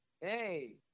hey